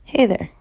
hey there.